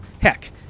Heck